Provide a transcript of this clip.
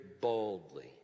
boldly